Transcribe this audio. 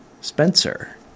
Spencer